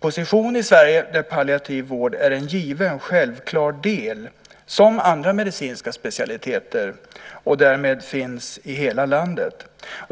position där palliativ vård är en given, självklar, del precis som andra medicinska specialiteter och därmed finns i hela landet.